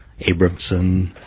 Abramson